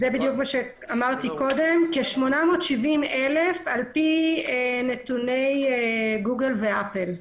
זה בדיוק מה שאמרתי קודם: כ-870,000 על פי נתוני גוגל ו-APPLE.